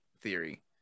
theory